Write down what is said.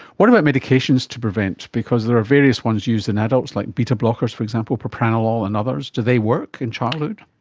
what about medications to prevent, because there are various ones used in adults like beta-blockers, for example, propranolol and others. do they work in childhood?